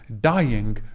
dying